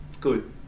Good